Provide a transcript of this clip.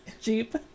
Jeep